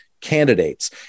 candidates